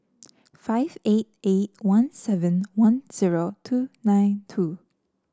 five eight eight one seven one zero two nine two